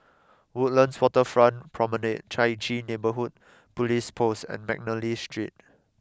Woodlands Waterfront Promenade Chai Chee Neighbourhood Police Post and McNally Street